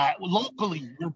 Locally